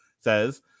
says